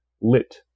lit